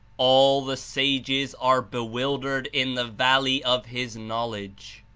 all the sages are bewildered in the valley of his knowledge,